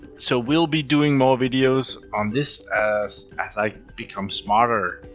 so we'll be doing more videos on this as as i become smarter.